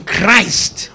Christ